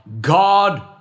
God